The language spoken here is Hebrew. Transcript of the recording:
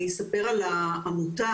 אני אספר על העמותה.